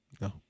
No